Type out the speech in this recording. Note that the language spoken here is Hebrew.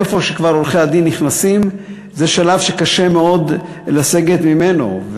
איפה שעורכי-הדין כבר נכנסים זה שלב שקשה מאוד לסגת ממנו.